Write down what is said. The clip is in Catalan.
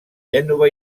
gènova